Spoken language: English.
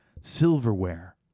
silverware